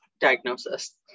diagnosis